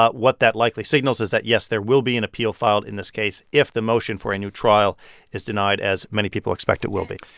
but what that likely signals is that, yes, there will be an appeal filed in this case if the motion for a new trial is denied, as many people expect it will be.